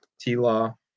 T-Law